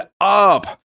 up